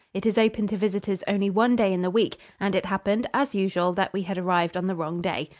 it is open to visitors only one day in the week, and it happened, as usual, that we had arrived on the wrong day.